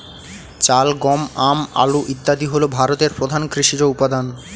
চাল, গম, আম, আলু ইত্যাদি হল ভারতের প্রধান কৃষিজ উপাদান